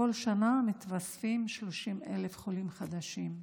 בכל שנה מתווספים 30,000 חולים חדשים.